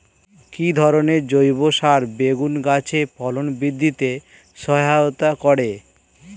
কি ধরনের জৈব সার বেগুন গাছে ফলন বৃদ্ধিতে সহায়তা করে?